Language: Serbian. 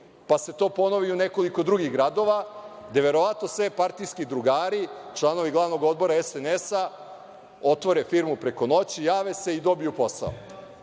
pa se to ponovi u nekoliko drugih gradova, gde verovatno sve partijski drugari, članovi glavnog odbora SNS-a otvore firmu preko noći, jave se i dobiju posao.